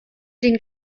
den